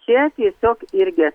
čia tiesiog irgi